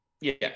Yes